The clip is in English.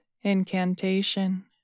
incantation